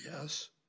Yes